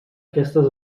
aquestes